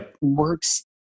works